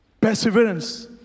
Perseverance